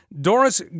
Doris